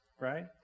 right